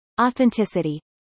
Authenticity